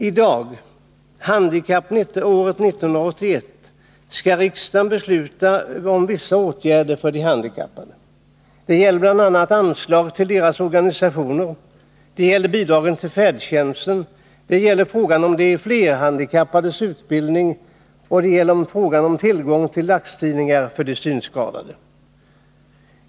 I dag — handikappåret 1981 — skall riksdagen besluta om vissa åtgärder för handikappade. Det gäller anslagen till deras organisationer, det gäller bidragen till färdtjänsten, det gäller frågan om de flerhandikappades utbildning och det gäller frågan om tillgång till dagstidningar för de synskadade.